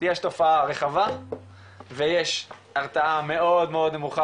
יש תופעה רחבה ויש הרתעה מאוד נמוכה